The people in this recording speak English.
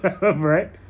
Right